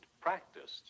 practiced